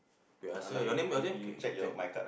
you ask her your name your name okay I check